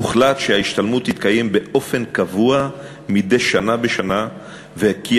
הוחלט שההשתלמות תתקיים באופן קבוע מדי שנה בשנה וכי